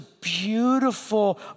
beautiful